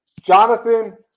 Jonathan